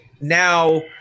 now